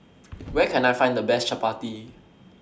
Where Can I Find The Best Chapati